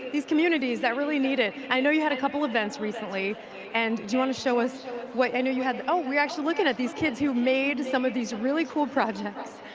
these communities that really need it. i know you had a couple events recently and do you want to show us what i know you had oh we're actually looking at these kids who made some of these really cool projects.